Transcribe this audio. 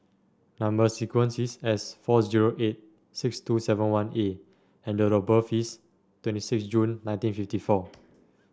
number sequence is S four zero eight six two seven one A and date of birth is twenty six June nineteen fifty four